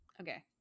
Okay